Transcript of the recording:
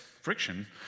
friction